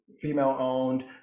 female-owned